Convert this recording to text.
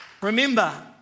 Remember